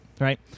right